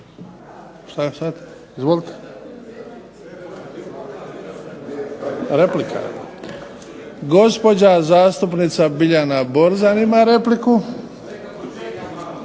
Šta sad? Izvolite. Replika? Gospođa zastupnica Biljana Borzan ima repliku.